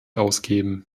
ausgeben